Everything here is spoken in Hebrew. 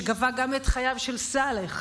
שגבה גם את חייו של סאלח,